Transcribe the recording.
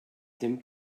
dem